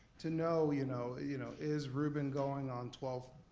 to know you know you know is ruben going on twelve,